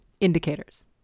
indicators